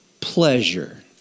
pleasure